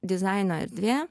dizaino erdvė